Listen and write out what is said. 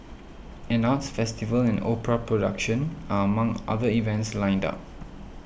an arts festival and opera production are among other events lined up